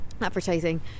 advertising